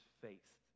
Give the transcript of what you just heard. faith